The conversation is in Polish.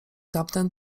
tamten